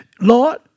Lord